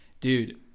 dude